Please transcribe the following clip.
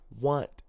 Want